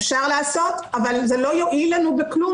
אפשר לעשות אבל זה לא יועיל לנו בכלום